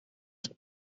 zum